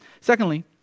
Secondly